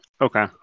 Okay